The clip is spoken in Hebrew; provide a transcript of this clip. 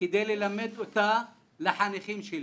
כדי ללמד אותה לחניכים שלי.